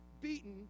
beaten